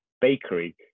bakery